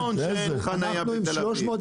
אז עוד 20. זה כישלון שאין חניה בתל אביב.